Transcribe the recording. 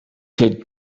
could